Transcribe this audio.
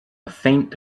faint